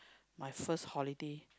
my first holiday